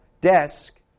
desk